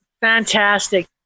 Fantastic